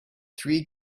three